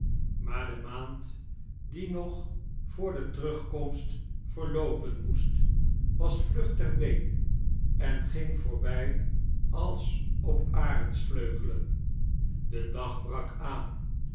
maar de maand die nog voor de terugkomst verloopen maest was vlug ter beein en ging voorbij als op arendsvleugelen de dag brak aan